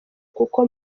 kuko